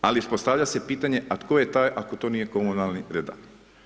Ali postavlja se pitanje a tko je taj ako to nije komunalni redar?